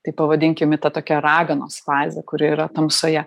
tai pavadinkim į tą tokią raganos fazę kuri yra tamsoje